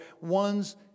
one's